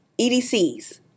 EDCs